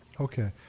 Okay